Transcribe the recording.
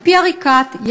על-פי עריקאת,